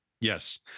Yes